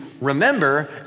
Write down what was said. remember